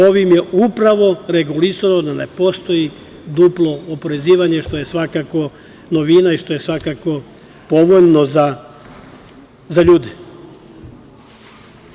Ovim je upravo regulisano da ne postoji duplo oporezivanje, što je svakako novina i što je svakako povoljno za ljude.